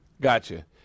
Gotcha